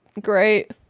Great